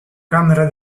camera